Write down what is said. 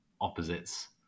opposites